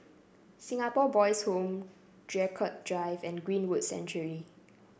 Singapore Boys' Home Draycott Drive and Greenwood Sanctuary